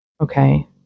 Okay